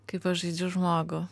kaip aš žaidžiu žmogų